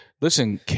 listen